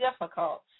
difficult